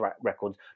records